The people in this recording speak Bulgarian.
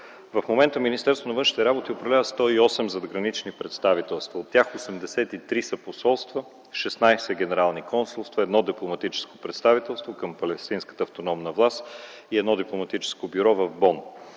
В момента Министерството на външните работи управлява 108 задгранични представителства, от тях 83 са посолства, 16 – генерални консулства; 1 дипломатическо представителство към Палестинската автономна власт и 1 дипломатическо бюро в Бон;